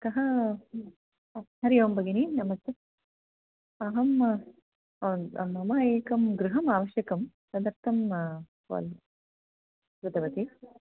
कः हरिः ओं भगिनि नमस्ते अहं मम एकं गृहम् आवश्यकं तदर्थं काल् कृतवती